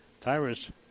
Tyrus